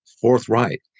forthright